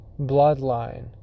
bloodline